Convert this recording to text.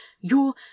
Your